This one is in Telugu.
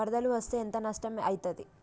వరదలు వస్తే ఎంత నష్టం ఐతది?